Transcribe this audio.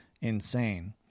insane